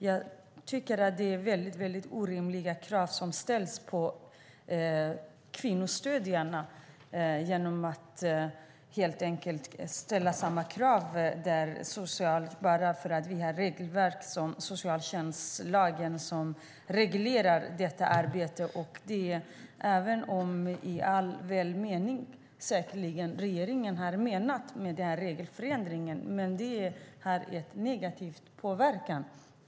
Jag tycker att det är orimliga krav som ställs på kvinnostödjarna genom att man helt enkelt ställer samma krav där bara för att vi har socialtjänstlagen som reglerar detta arbete. Regeringen har säkerligen gjort den regelförändringen i all välmening, men det har gett negativ påverkan.